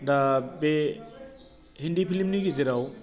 दा बे हिन्दी फिल्मनि गेजेराव